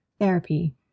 therapy